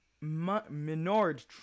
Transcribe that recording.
Menard